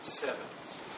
sevens